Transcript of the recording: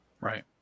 right